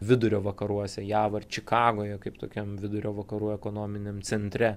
vidurio vakaruose jav ar čikagoje kaip tokiam vidurio vakarų ekonominiam centre